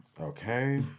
Okay